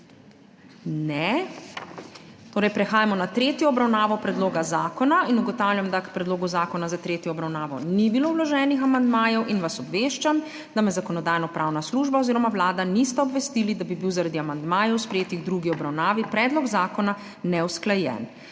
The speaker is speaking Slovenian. (Ne.) Torej prehajamo na tretjo obravnavo predloga zakona in ugotavljam, da k predlogu zakona za tretjo obravnavo ni bilo vloženih amandmajev in vas obveščam, da me Zakonodajno-pravna služba oziroma Vlada nista obvestili, da bi bil zaradi amandmajev, sprejetih v drugi obravnavi, predlog zakona neusklajen.